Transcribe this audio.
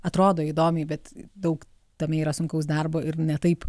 atrodo įdomiai bet daug tame yra sunkaus darbo ir ne taip